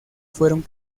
fueron